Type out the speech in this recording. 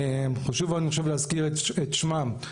חשוב אני חושב להזכיר את שמם,